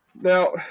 Now